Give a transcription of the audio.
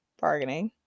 bargaining